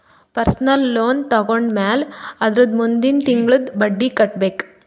personal loan ತೊಂಡಮ್ಯಾಲ್ ಅದುರ್ದ ಮುಂದಿಂದ್ ತಿಂಗುಳ್ಲಿಂದ್ ಬಡ್ಡಿ ಕಟ್ಬೇಕ್